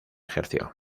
ejerció